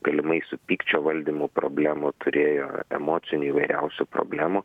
galimai su pykčio valdymo problemų turėjo emocinių įvairiausių problemų